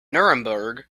nuremberg